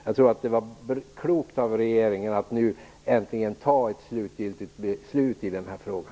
Jag tror att det var klokt av regeringen att nu äntligen fatta ett slutgiltigt beslut i den här frågan.